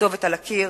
הכתובת על הקיר,